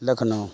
Lucknow